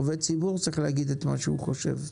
עובד ציבור צריך להגיד את מה שהוא חושב.